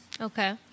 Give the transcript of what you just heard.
Okay